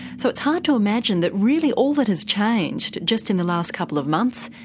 so it's hard to imagine that really all that has changed, just in the last couple of months,